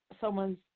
someone's